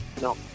no